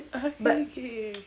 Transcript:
ookay okay